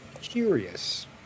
curious